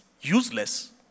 useless